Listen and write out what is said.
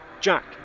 Jack